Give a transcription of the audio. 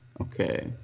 okay